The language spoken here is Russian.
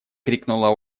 крикнула